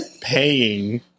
paying